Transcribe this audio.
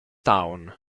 town